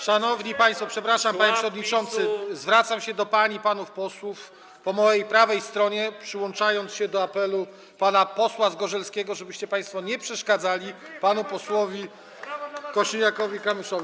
Szanowni państwo - przepraszam, panie przewodniczący - zwracam się do pań i posłów po mojej prawej stronie, przyłączając się do apelu pana posła Zgorzelskiego, żebyście państwo nie przeszkadzali panu posłowi Kosiniakowi-Kamyszowi.